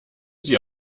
sie